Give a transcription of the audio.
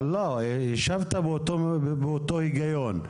לא, כי השבת באותו היגיון.